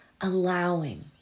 Allowing